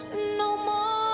no more